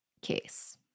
case